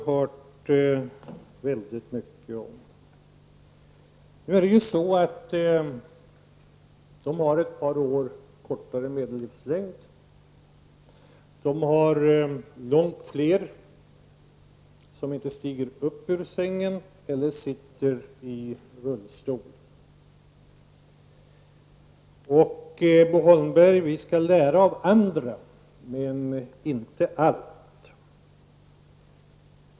Men i Danmark har man en medellivslängd som är ett par år kortare, man har långt fler som inte stiger upp ur sängen eller sitter i rullstol. Bo Holmberg, vi skall lära av andra, men inte allt.